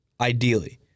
ideally